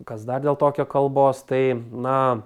kas dar dėl tokio kalbos tai na